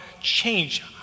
change